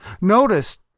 Notice